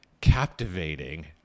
captivating